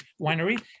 Winery